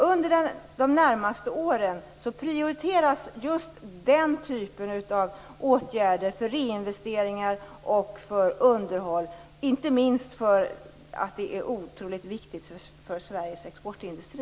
Under de närmaste åren prioriteras just den typen av åtgärder för reinvesteringar och underhåll, inte minst därför att det är oerhört viktigt för Sveriges exportindustri.